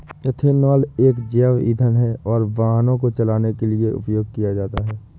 ethanol एक जैव ईंधन है और वाहनों को चलाने के लिए उपयोग किया जाता है